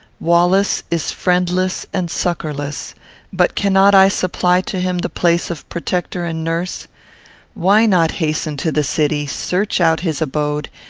wallace is friendless and succourless but cannot i supply to him the place of protector and nurse why not hasten to the city, search out his abode,